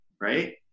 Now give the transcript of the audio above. right